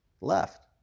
Left